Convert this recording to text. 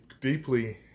deeply